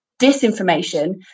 disinformation